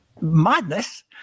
madness